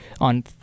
on –